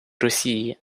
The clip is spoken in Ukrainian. росії